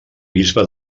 bisbe